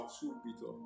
subito